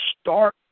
start